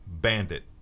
bandit